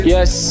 Yes